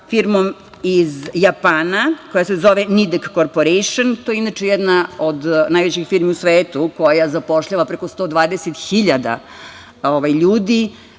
firmom iz Japana, koja se zove „Nidek korporejšn“. To je inače jedna od najvećih firmi u svetu koja zapošljava preko 120 hiljada